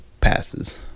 passes